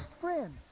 friends